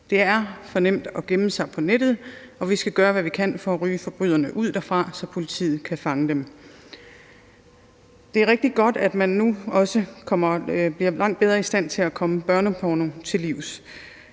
Det er for nemt at gemme sig på nettet, og vi skal gøre, hvad vi kan for at ryge forbryderne ud derfra, så politiet kan fange dem. Det er rigtig godt, at man nu også bliver langt bedre i stand til at komme børneporno til livs.